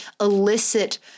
elicit